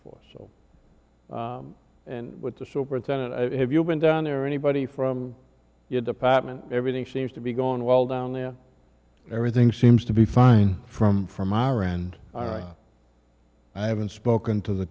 for and what the superintendent have you been down there anybody from your department everything seems to be going well down there everything seems to be fine from from our end all right i haven't spoken to the